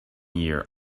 year